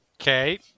Okay